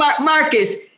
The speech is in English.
Marcus